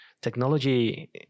technology